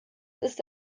ist